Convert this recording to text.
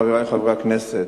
חברי חברי הכנסת,